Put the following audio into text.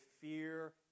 fear